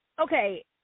okay